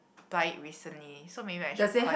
buy it recently so maybe I should continue